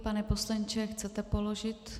Pane poslanče, chcete položit?